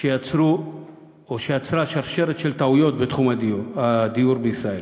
שיצרו שרשרת של טעויות בתחום הדיור בישראל.